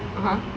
(uh huh)